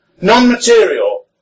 non-material